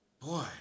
boy